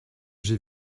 j’ai